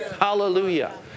Hallelujah